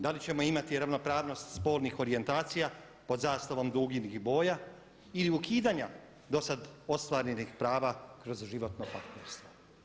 DA li ćemo imati ravnopravnost spolnih orijentacija pod zastavom duginih boja ili ukidanja do sada ostvarenih prava kroz životno partnerstvo?